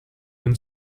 when